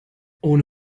ohne